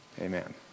Amen